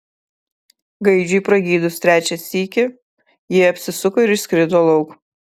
gaidžiui pragydus trečią sykį ji apsisuko ir išskrido lauk